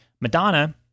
Madonna